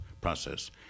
process